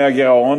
הייחודי.